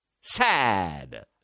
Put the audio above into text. sad